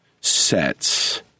sets